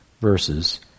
verses